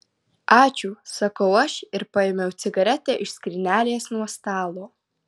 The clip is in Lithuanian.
ačiū sakau aš ir paėmiau cigaretę iš skrynelės nuo stalo